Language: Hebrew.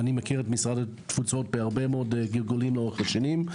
אני מכיר את משרד התפוצות בהרבה מאוד גלגולים לאורך השנים.